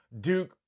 Duke